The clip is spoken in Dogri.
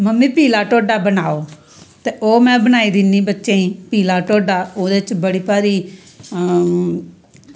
मम्मी पीला ढोडा बनाओ ते ओह् में बनाई दिन्नी बच्चेंई पीला ढोडा ओह्दे च बड़ी हं